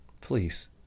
Please